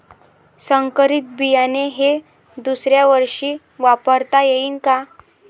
संकरीत बियाणे हे दुसऱ्यावर्षी वापरता येईन का?